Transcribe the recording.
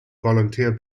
volunteer